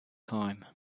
time